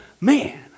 man